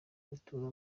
batura